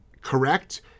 correct